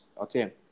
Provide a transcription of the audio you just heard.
Okay